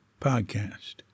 Podcast